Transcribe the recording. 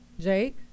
Jake